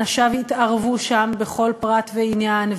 אנשיו התערבו שם בכל פרט ועניין,